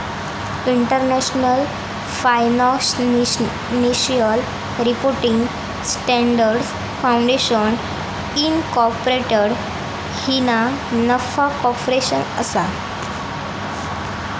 international financial reporting standards foundation incorporated ही ना नफा कॉर्पोरेशन असा